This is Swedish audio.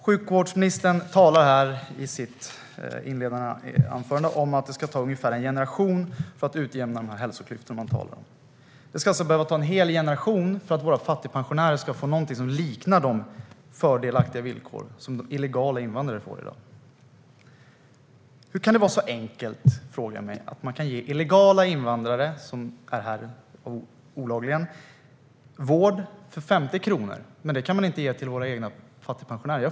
Sjukvårdsministern säger i sitt inledande anförande att det ska ta ungefär en generation att utjämna hälsoklyftorna. Det ska alltså behöva ta en hel generation för att våra fattigpensionärer ska få någonting som liknar de fördelaktiga villkor som illegala invandrare får i dag. Jag frågar mig hur det kan vara så enkelt att ge invandrare som är här olagligen vård för 50 kronor men inte ge det till våra egna fattigpensionärer.